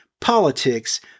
politics